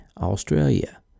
Australia